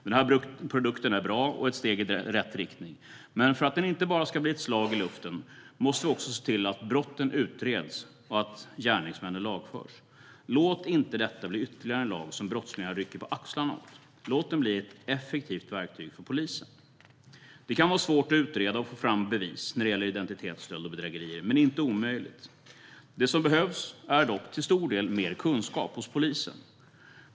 Den här produkten är bra och ett steg i rätt riktning, men för att den inte bara ska bli ett slag i luften måste vi också se till att brotten utreds och att gärningsmännen lagförs. Låt inte detta bli ytterligare en lag som brottslingarna rycker på axlarna åt! Låt den bli ett effektivt verktyg för polisen! Det kan vara svårt att utreda och få fram bevis när det gäller identitetsstöld och bedrägerier, men det är inte omöjligt. Det som behövs är dock till stor del mer kunskap hos polisen.